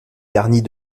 garnies